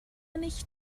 nicht